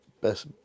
best